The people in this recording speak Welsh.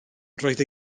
roedd